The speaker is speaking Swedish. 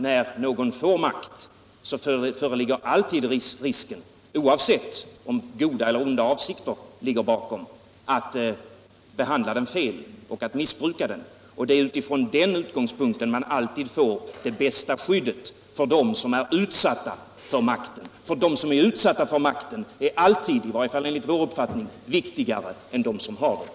När någon får makt finns alltid — oavsett om goda eller onda avsikter ligger bakom — risken för att makten behandlas fel och missbrukas. Från den utgångspunkten får man alltid det bästa skyddet för dem som är utsatta för makten. De är alltid, i varje fall enligt vår mening, viktigare än de som har makten.